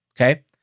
okay